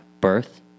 birth